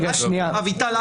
אביטל,